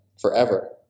forever